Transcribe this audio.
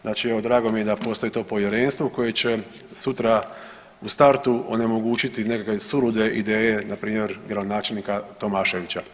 Znači evo drago mi je da postoji to povjerenstvo koje će sutra u startu onemogućiti nekakve sulude ideje, na primjer gradonačelnika Tomaševića.